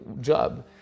job